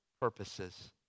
purposes